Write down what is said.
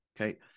Okay